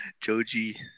Joji